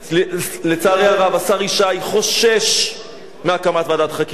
לצערי הרב, השר ישי חושש מהקמת ועדת חקירה.